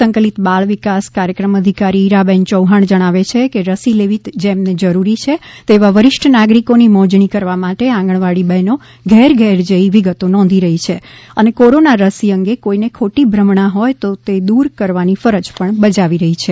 સંકલિત બાલ વિકાસ કાર્યક્રમ અધિકારી ઈરાબેન ચૌહાણ જણાવે છે કે રસી લેવી જેમને જરૂરી છે તેવા વરિષ્ઠ નાગરિકોની મોજણી કરવા માટે આંગણવાડી બહેનો ઘેર ઘેર જઈ વિગતો નોંધી રહે છે અને કોરોના રસી અંગે કોઈને ખોટી ભ્રમણા હોય તો દૂર કરવાની ફરજ પણ બજાવી રહી છે